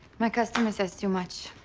my customer says too much.